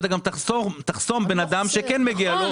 אתה גם תחסום בן אדם שכן מגיע לו.